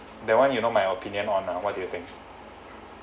that one you know my opinion on a what do you think